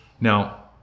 now